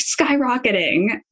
skyrocketing